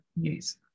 use